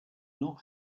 not